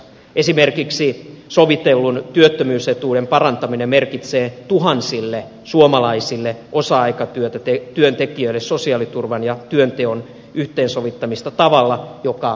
esimerkiksi sovitellun työttömyysetuuden parantaminen merkitsee tuhansille suomalaisille osa aikatyöntekijöille sosiaaliturvan ja työnteon yhteensovittamista tavalla joka kannustaa työntekoon